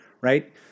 right